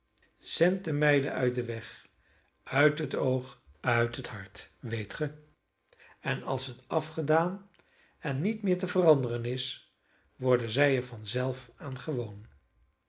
de meiden uit den weg uit het oog uit het hart weet ge en als het afgedaan en niet meer te veranderen is worden zij er vanzelf aan gewoon